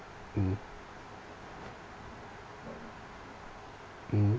mm mmhmm